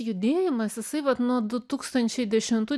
judėjimas jisai vat nuo du tūkstančiai dešimtų